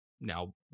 now